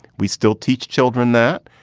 we still teach children that.